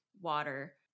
water